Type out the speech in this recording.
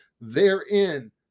Therein